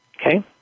Okay